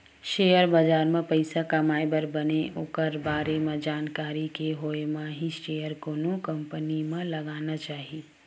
share बजार म पइसा कमाए बर बने ओखर बारे म जानकारी के होय म ही सेयर कोनो कंपनी म लगाना चाही